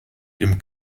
dem